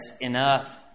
enough